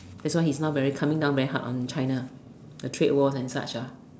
that's why he's now very coming down very hard on China the trade war and such ah